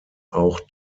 auch